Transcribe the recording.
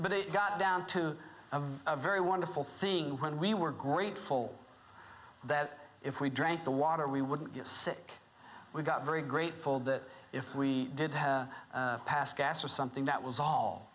but it got down to a very wonderful thing when we were grateful that if we drank the water we wouldn't get sick we got very grateful that if we did have passed gas or something that was all